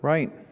Right